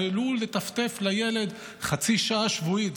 ולו לטפטף לילד חצי שעה שבועית,